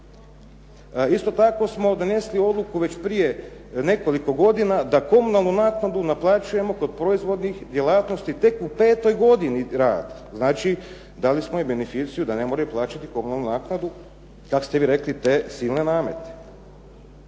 Isto tako smo donesli odluku već prije nekoliko godina da komunalnu naknadu naplaćujemo kod proizvodnih djelatnosti tek u petoj godini rada. Znači, dali smo im beneficiju da ne moraju plaćati komunalnu naknadu, kako ste vi rekli te silne namete.